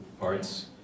Parts